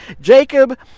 Jacob